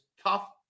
tough